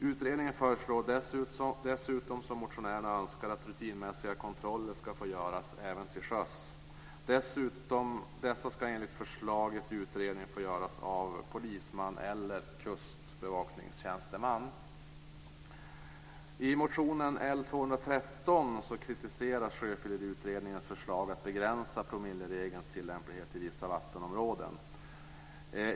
Utredningen föreslår dessutom som motionärerna önskar att rutinmässiga kontroller ska få göras även till sjöss. Dessa ska enligt förslaget i utredningen få göras av polisman eller kustbevakningstjänsteman. I motionen L213 kritiseras Sjöfylleriutredningens förslag att begränsa promilleregelns tillämplighet i vissa vattenområden.